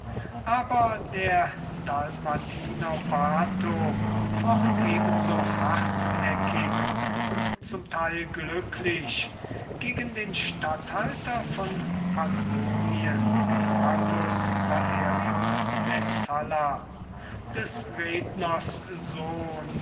aber der dalmatiner bato focht ebenso hartnäckig und zum teil glücklich gegen den statthalter von pannonien marcus valerius messalla des redners sohn